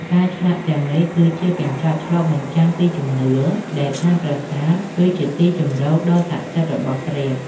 ការឆ្លាក់ទាំងនេះគឺជាកញ្ចក់ឆ្លុះបញ្ចាំងពីជំនឿដែលថាប្រាសាទគឺជាទីជម្រកដ៏ស័ក្តិសិទ្ធិរបស់ព្រះ។